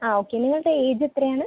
ആ ഓക്കെ നിങ്ങളുടെ ഏജ് എത്രയാണ്